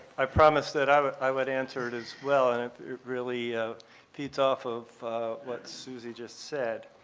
i promised that i would answer it as well, and it really feeds off of what suzy just said.